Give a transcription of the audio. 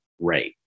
right